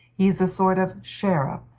he is a sort of sheriff,